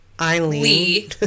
eileen